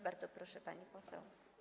Bardzo proszę, pani poseł.